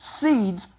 Seeds